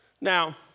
Now